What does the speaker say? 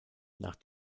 nach